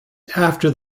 after